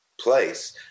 place